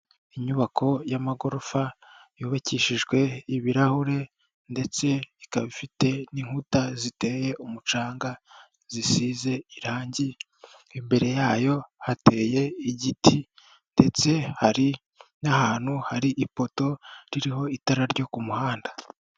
Inyubako y'amagorofa yubakishijwe ibirahure ndetse ikaba ifite n'inkuta ziteye umucanga zisize irangi, imbere yayo hateye igiti ndetse hari n'ahantu hari ipoto ririho itara ryo ku muhanda.